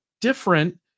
different